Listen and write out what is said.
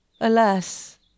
Alas